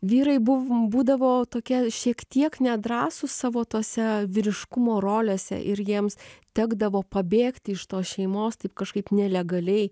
vyrai buvo būdavo tokia šiek tiek nedrąsūs savo tose vyriškumo rolėse ir jiems tekdavo pabėgti iš tos šeimos taip kažkaip nelegaliai